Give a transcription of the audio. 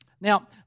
Now